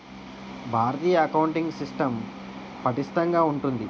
భారతీయ accounting system పటిష్టంగా ఉంటుంది